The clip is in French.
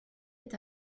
est